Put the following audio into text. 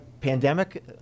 Pandemic